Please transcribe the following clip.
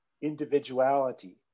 individuality